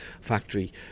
factory